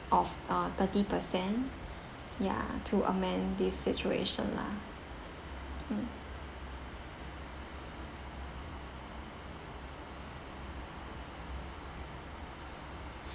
of uh thirty percent ya to amend this situation lah mm